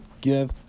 give